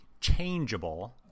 changeable